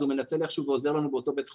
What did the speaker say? אז הוא מנצל איכשהו ועוזר לנו באותו בית חולים.